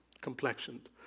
complexioned